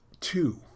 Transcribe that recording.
two